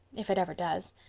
if it ever does.